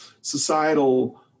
societal